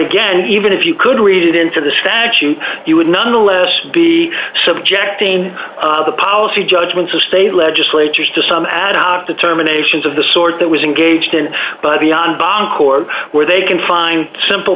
again even if you could read it into the statute you would nonetheless be subjecting the policy judgments of state legislatures to some ad hoc determinations of the sort that was engaged in but beyond backcourt where they can find simple